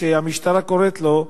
כמו שהמשטרה קוראת לו,